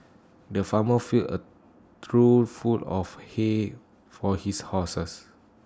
the farmer filled A trough full of hay for his horses